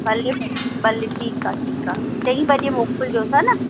भले भले ठीकु आहे ठीकु आहे चईं बजे मोकिलिजोसि है ना